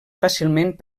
fàcilment